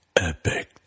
Epic